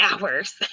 hours